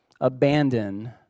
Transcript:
abandon